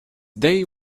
they